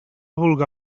vulga